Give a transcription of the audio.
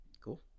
cool